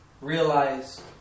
realize